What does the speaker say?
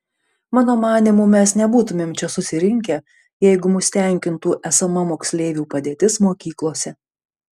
mano manymu mes nebūtumėm čia susirinkę jeigu mus tenkintų esama moksleivių padėtis mokyklose